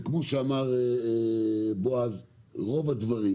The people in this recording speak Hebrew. רוב הדברים